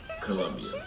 Colombia